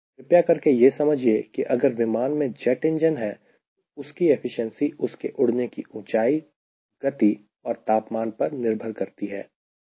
कृपया करके यह समझिए कि अगर विमान में जेट इंजन है तो उसकी एफिशिएंसी उसके उड़ने की ऊंचाई गति और तापमान पर निर्भर करती है